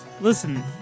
Listen